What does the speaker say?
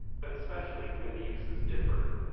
but especially when the uses differ.